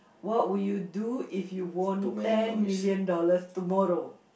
what would you do if you won ten million dollars tomorrow